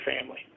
family